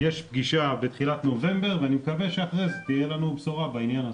יש פגישה בתחילת נובמבר ואני מקווה שאחרי זה תהיה לנו בשורה בעניין הזה.